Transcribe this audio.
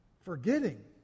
Forgetting